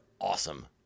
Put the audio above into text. awesome